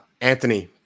Anthony